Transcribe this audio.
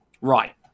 Right